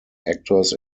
actors